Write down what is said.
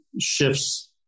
shifts